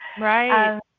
Right